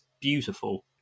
beautiful